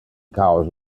cause